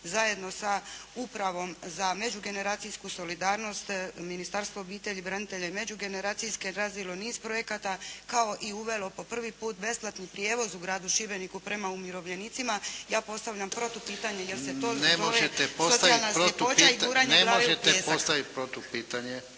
zajedno sa upravom za međugeneracijsku solidarnost, Ministarstvo obitelji, branitelja i međugeneracijske razvilo niz projekata kao i uvelo po prvi put besplatni prijevoz u gradu Šibeniku prema umirovljenicima, ja postavljam protupitanje jel se to zove socijalna